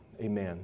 Amen